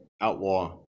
outlaw